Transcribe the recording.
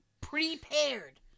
prepared